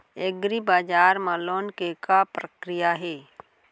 एग्रीबजार मा लोन के का प्रक्रिया हे?